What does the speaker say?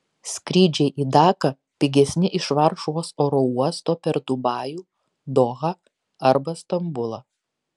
skrydžiai į daką pigesni iš varšuvos oro uosto per dubajų dohą arba stambulą